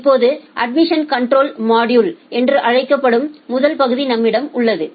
இப்போது admission control module என்று அழைக்கப்படும் முதல் பகுதி நம்மிடம் உள்ளது